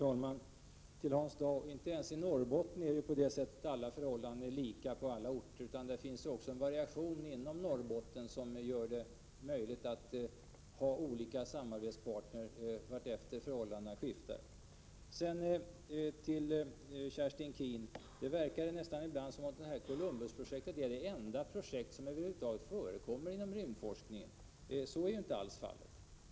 Herr talman! Inte heller i Norrbotten är förhållandena lika på alla orter, Hans Dau. Det finns variationer också inom Norrbotten, som gör det möjligt att ha olika samarbetspartners allteftersom förhållandena skiftar. Det verkar på Kerstin Keen som om Columbusprojektet är det enda projekt som över huvud taget förekommer inom rymdforskningen, men så är ju inte alls fallet.